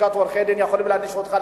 לשכת עורכי-הדין יכולה להעניש אותך,